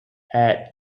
had